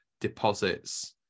deposits